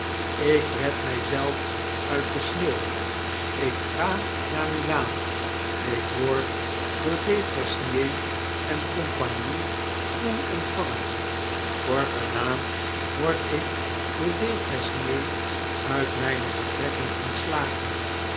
ik red my zelf uit de sneeuw ik ga naar milaan ik word door defresnier en compagnie koel ontvangen kort daarna word ik door defresnier uit myne betrekking ontslagen